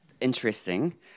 interesting